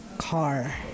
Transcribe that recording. car